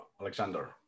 Alexander